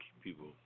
people